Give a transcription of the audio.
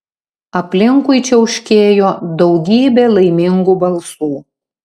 aplinkui čiauškėjo daugybė laimingų balsų